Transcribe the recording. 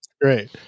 Great